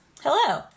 Hello